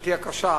לתחושתי הקשה,